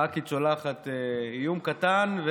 ח"כית שולחת איום קטן,